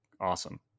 awesome